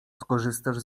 skorzystasz